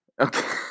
Okay